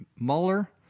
Mueller